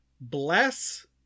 bless